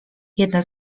jedna